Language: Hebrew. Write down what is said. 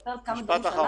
אספר על כמה דברים שאנחנו